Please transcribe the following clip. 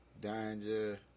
Danger